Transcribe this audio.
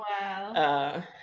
wow